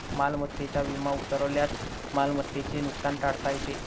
मालमत्तेचा विमा उतरवल्यास मालमत्तेचे नुकसान टाळता येते